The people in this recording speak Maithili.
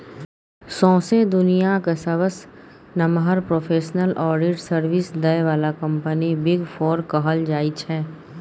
सौंसे दुनियाँक सबसँ नमहर प्रोफेसनल आडिट सर्विस दय बला कंपनी बिग फोर कहल जाइ छै